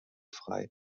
frei